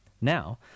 Now